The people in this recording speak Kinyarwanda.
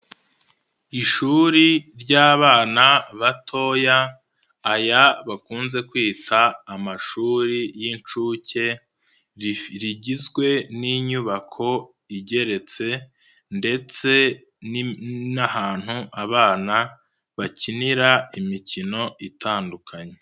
Ishuri ry'abana batoya, aya bakunze kwita amashuri y'inshuke, rigizwe n'inyubako igeretse ndetse n'ahantu abana bakinira imikino itandukanye.